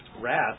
wrath